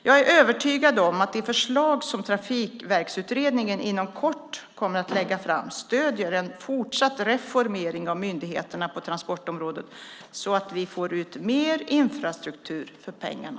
Jag är övertygad om att de förslag som Trafikverksutredningen inom kort kommer att lägga fram stöder en fortsatt reformering av myndigheterna på transportområdet så att vi får ut mer infrastruktur för pengarna.